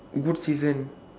good season